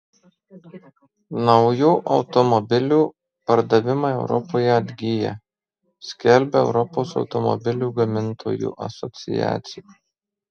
naujų automobilių pardavimai europoje atgyja skelbia europos automobilių gamintojų asociacija